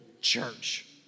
church